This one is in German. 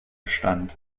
bestand